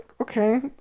Okay